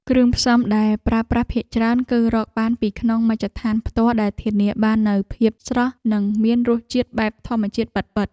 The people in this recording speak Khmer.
គ្រឿងផ្សំដែលប្រើប្រាស់ភាគច្រើន គឺរកបានពីក្នុងមូលដ្ឋានផ្ទាល់ដែលធានាបាននូវភាពស្រស់និងមានរសជាតិបែបធម្មជាតិពិតៗ។